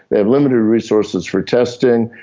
they have limited resources for testing,